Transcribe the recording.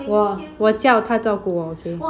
!wah! 我叫他照顾我 okay